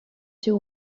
two